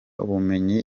ubumenyi